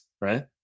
right